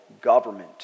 government